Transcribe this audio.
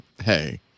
Hey